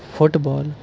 football